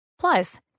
Plus